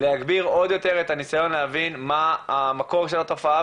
להגביר עוד יותר את הניסיון להבין מה המקור של התופעה,